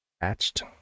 Patched